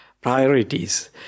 priorities